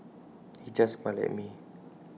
he just smiled at me